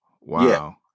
Wow